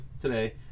today